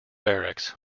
barracks